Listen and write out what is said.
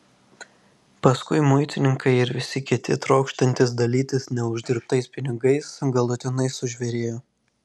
paskui muitininkai ir visi kiti trokštantys dalytis neuždirbtais pinigais galutinai sužvėrėjo